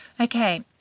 Okay